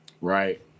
Right